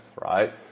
right